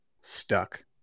stuck